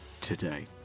today